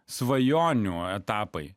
svajonių etapai